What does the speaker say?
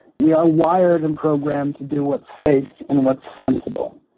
we are wired and programmed to do what's safe and what's sensible.